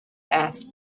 asked